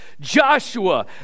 Joshua